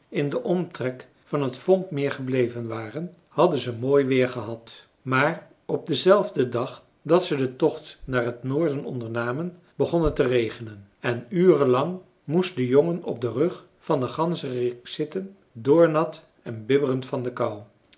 in den omtrek van het vombmeer gebleven waren hadden ze mooi weer gehad maar op denzelfden dag dat ze den tocht naar het noorden ondernamen begon het te regenen en uren lang moest de jongen op den rug van den ganzerik zitten doornat en bibberend van de kou